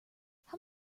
how